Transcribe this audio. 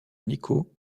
nico